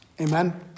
Amen